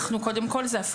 קודם כול, זה לא אנחנו.